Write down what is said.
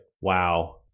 wow